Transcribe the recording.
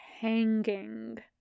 hanging